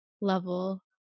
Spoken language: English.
level